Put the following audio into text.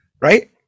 right